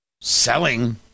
selling